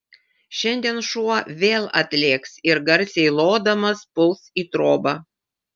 šiandien šuo vėl atlėks ir garsiai lodamas puls į trobą